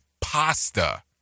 pasta